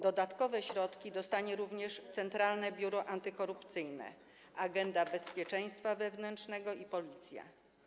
Dodatkowe środki dostaną również Centralne Biuro Antykorupcyjne, Agencja Bezpieczeństwa Wewnętrznego i Policja.